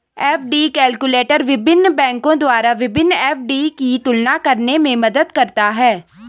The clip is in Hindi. एफ.डी कैलकुलटर विभिन्न बैंकों द्वारा विभिन्न एफ.डी की तुलना करने में मदद करता है